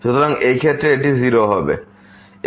সুতরাং এই ক্ষেত্রে এটি 0 হবে